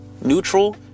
neutral